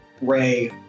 Ray